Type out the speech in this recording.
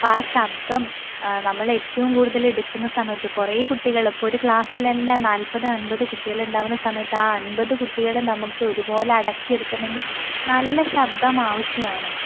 അപ്പം ആ ശബ്ദം നമ്മൾ ഏറ്റവും കൂടുതൽ എടുക്കുന്ന സമയത്ത് കുറെ കുട്ടികൾ ഇപ്പോൾ ഒരു ക്ലാസിൽ തന്നെ നാല്പത് അമ്പത് കുട്ടികൾ ഉണ്ടാവുന്ന സമയത്ത് ആ അമ്പത് കുട്ടികളേയും നമ്മൾക്ക് ഒരു പോലെ അടക്കി ഇരുത്തണമെങ്കിൽ നല്ല ശബ്ദം ആവശ്യമാണ്